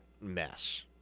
mess